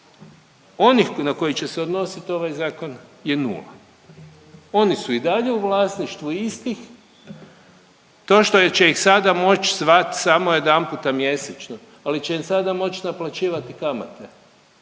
onih na koje će se odnosit ovaj zakon je nula, oni su i dalje u vlasništvu istih, to što će ih sada moć zvat samo jedanputa mjesečno, ali će im sada moć naplaćivati kamate,